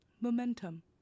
momentum